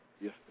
Yes